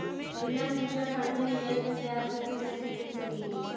Reena mutual fund में निवेश पर ब्याज दर को कैसे देख सकेगी?